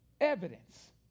evidence